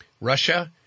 Russia